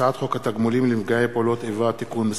הצעת חוק התגמולים לנפגעי פעולות איבה (תיקון מס'